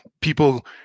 people